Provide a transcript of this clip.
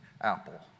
Apple